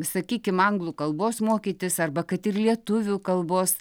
sakykim anglų kalbos mokytis arba kad ir lietuvių kalbos